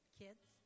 kids